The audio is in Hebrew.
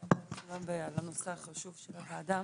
שלום ותודה על הנושא החשוב של הוועדה.